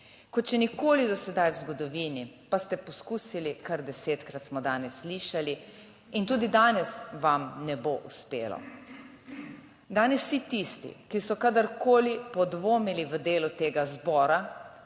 Kot še nikoli do sedaj v zgodovini pa ste poskusili, kar desetkrat smo danes slišali in tudi danes vam ne bo uspelo. Danes vsi tisti, ki so kadarkoli podvomili v delo tega zbora